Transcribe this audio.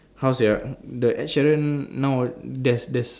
how to say ah the Ed Sheeran now there's there's